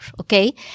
okay